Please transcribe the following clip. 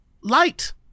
light